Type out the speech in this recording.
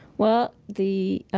well, the